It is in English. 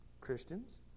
Christians